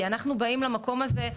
כי אנחנו באים למקום הזה,